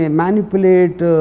manipulate